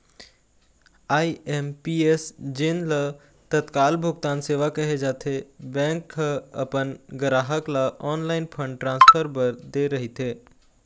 IMPS जेन ल तत्काल भुगतान सेवा कहे जाथे, बैंक ह अपन गराहक ल ऑनलाईन फंड ट्रांसफर बर दे रहिथे